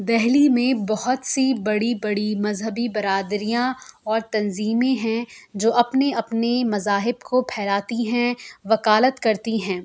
دہلی میں بہت سی بڑی بڑی مذہبی برادریاں اور تنظیمیں ہیں جو اپنے اپنے مذاہب کو پھیلاتی ہیں وکالت کرتی ہیں